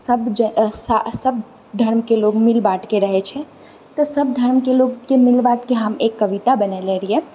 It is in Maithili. सभ सभ धर्मके लोग मिल बाँटके रहैत छै तऽ सभ धर्मके लोगकेंँ मिल बाँटके हम एक कविता बनेले रहियै